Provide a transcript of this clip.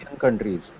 countries